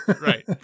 Right